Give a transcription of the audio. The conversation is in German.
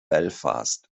belfast